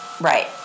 right